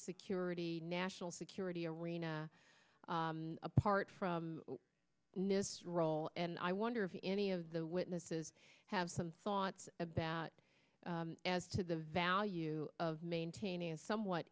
security national security arena apart from miss roll and i wonder if any of the witnesses have some thoughts about as to the value of maintaining a somewhat